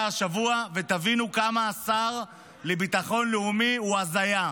השבוע ותבינו כמה השר לביטחון לאומי הוא הזיה.